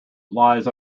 lies